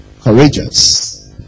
courageous